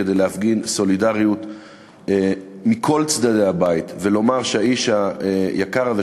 כדי להפגין סולידריות של כל צדי הבית ולומר שהאיש היקר הזה,